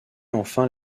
enfin